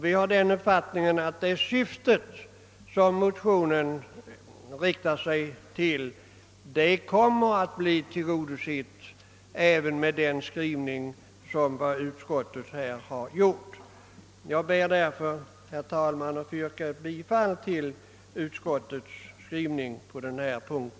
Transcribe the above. Vi har den uppfattningen att motionens syfte kommer att bli tillgodosett även med den skrivning som utskottet har använt. Jag ber därför, herr talman, att få yrka bifall till utskottets hemställan på denna punkt.